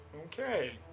Okay